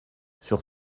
sur